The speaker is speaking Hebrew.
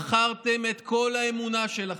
שמכרתם את כל האמונה שלכם,